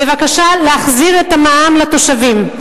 בבקשה להחזיר את המע"מ לתושבים,